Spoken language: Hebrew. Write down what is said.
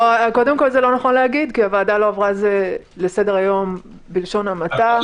הוועדה לא עברה על זה לסדר-היום בלשון המעטה.